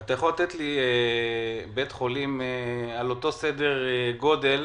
אתה יכול לתת לי בית חולים באותו סדר גודל